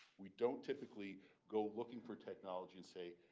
we don't typically go looking for technology and say,